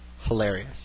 Hilarious